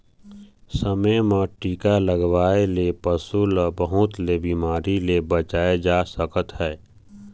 समे म टीका लगवाए ले पशु ल बहुत ले बिमारी ले बचाए जा सकत हे